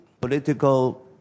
political